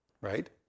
Right